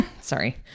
Sorry